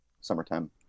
summertime